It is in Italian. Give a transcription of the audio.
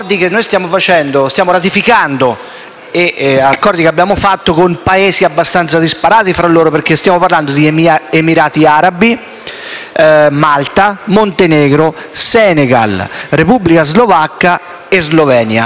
Accordi che abbiamo fatto con Paesi abbastanza disparati tra loro perché stiamo parlando di Emirati Arabi, Malta, Montenegro, Senegal, Repubblica Slovacca e Slovenia. Sono, quindi,